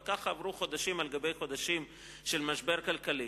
כך עברו חודשים על גבי חודשים של משבר כלכלי,